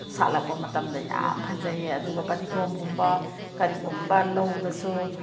ꯁꯥꯠꯂꯛꯄ ꯃꯇꯝꯗ ꯌꯥꯝ ꯐꯖꯩꯌꯦ ꯑꯗꯨꯒ ꯐꯗꯤꯒꯣꯝꯒꯨꯝꯕ ꯀꯔꯤꯒꯨꯝꯕ ꯂꯧꯗꯁꯨ